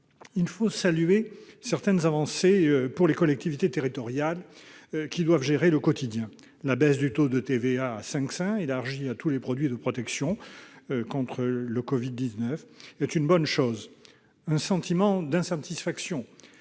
Il faut saluer certaines avancées pour les collectivités territoriales, qui doivent gérer le quotidien. Ainsi, la baisse du taux de TVA à 5,5 %, élargie à tous les produits de protection contre le Covid-19, est une bonne chose. Nous ressentons toutefois